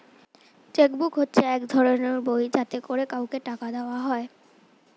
check book হচ্ছে এক ধরনের বই যাতে করে কাউকে টাকা দেওয়া হয়